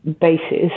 basis